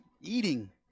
eating